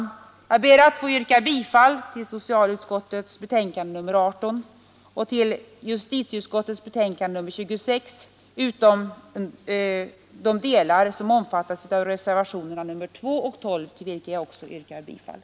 Jag ber att få yrka bifall till socialutskottets hemställan i dess betänkande nr 18 samt till justitieutskottets hemställan i dess betänkande nr 26, utom — när det gäller det sistnämnda — i de delar som omfattas av reservationerna 2 och 12, till vilka jag också yrkar bifall.